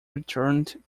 returned